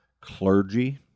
Clergy